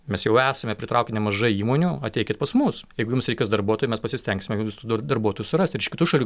mes jau esame pritraukę nemažai įmonių ateikit pas mus jeigu jums reikės darbuotojų mes pasistengsime kad jūs tų dar darbuotojų suras ir iš kitų šalių